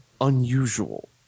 unusual